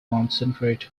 concentrate